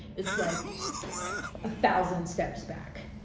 it's like a thousand steps back.